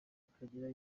ikagira